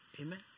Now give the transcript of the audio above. Amen